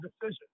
decision